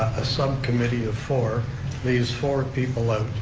a subcommittee of four leaves four people out,